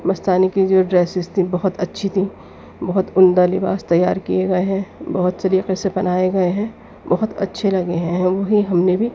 مستانی کی جو ڈریسز تھیں بہت اچھی تھیں بہت عمدہ لباس تیار کیے گئے ہیں بہت سلیقے سے بنائے گئے ہیں بہت اچھے لگے ہیں ہم وہی ہم نے بھی